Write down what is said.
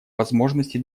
возможности